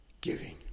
giving